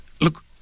look